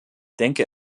denke